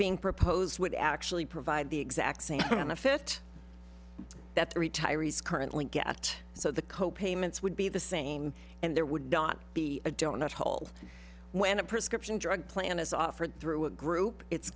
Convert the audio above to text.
being proposed would actually provide the exact same benefit that the retirees currently get so the co payments would be the same and there would not be a donut hole when a prescription drug plan is offered through a group it's